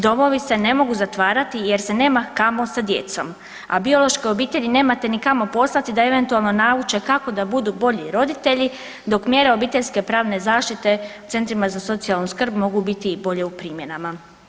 Domovi se ne mogu zatvarati, jer se nema kamo sa djecom, a biološke obitelji nemate ni kamo poslati da eventualno nauče kako da budu bolji roditelji dok mjere obiteljske pravne zaštite centrima za socijalnu skrb mogu biti i bolje u primjenama.